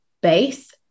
base